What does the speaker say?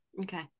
Okay